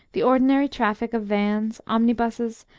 the ordinary traffic of vans, omnibuses,